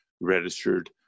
registered